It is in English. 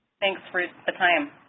thanks for the time.